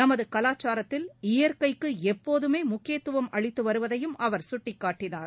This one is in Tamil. நமது கவாச்சாரத்தில் இயற்கைக்கு எப்போதுமே முக்கியத்துவம் அளித்து வருவதையும் அவர் சுட்டிக்காட்டினார்